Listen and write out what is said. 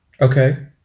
Okay